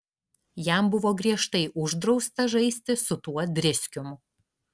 jam buvo griežtai uždrausta žaisti su tuo driskium